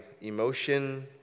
emotion